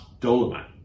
Dolomite